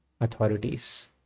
authorities